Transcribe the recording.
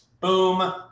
Boom